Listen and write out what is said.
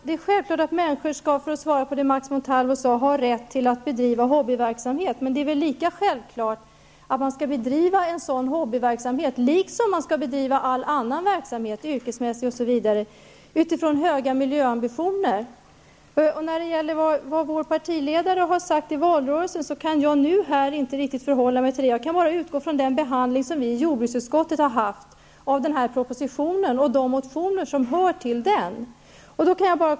Herr talman! Det är självklart, Max Montalvo, att människor skall ha rätt att bedriva hobbyverksamhet. Men det är väl lika självklart att man skall bedriva en sådan hobbyverksamhet, liksom man skall bedriva alla annan verksamhet, yrkesmässig osv., utifrån höga miljöambitioner. Angående vad vår partiledare sade i valrörelsen, kan jag nu inte riktigt förhålla mig till det. Jag kan bara utgå från den behandling som vi i jordbruksutskottet har gjort av den här propositionen och de motioner som hör till den.